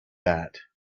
that